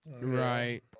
Right